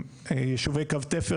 יישובי קו תפר.